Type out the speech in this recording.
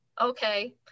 okay